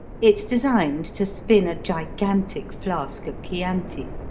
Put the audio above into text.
it's designed to spin a gigantic flask of chianti.